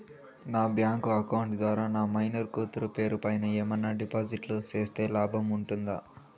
నా bank account ద్వారా నా మైనర్ కూతురు పేరు పైన ఏమన్నా డిపాజిట్లు సేస్తే లాభం ఉంటుందా?